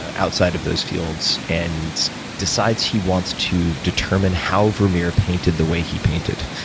ah outside of those fields, and decides he wants to determine how vermeer painted the way he painted.